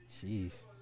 Jeez